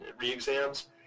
re-exams